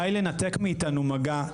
די לנתק מאתנו מגע.